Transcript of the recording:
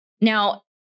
Now